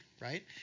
right